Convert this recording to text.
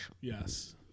Yes